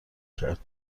کرد